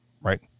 right